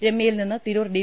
രമ്യയിൽനിന്ന് Tirur D